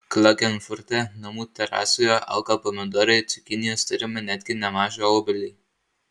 klagenfurte namų terasoje auga pomidorai cukinijos turime netgi nemažą obelį